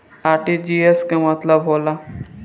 RTGS के का मतलब होला?